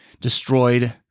destroyed